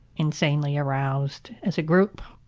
insanely aroused as a group.